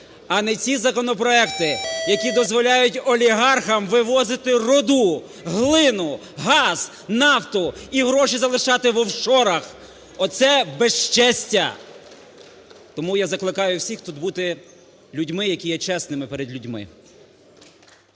а не ці законопроекти, які дозволяють олігархам вивозити руду, глину, газ, нафту і гроші залишати в офшорах, оце безчестя. Тому я закликаю всіх тут бути людьми, які є чесними перед людьми.